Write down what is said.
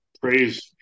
praise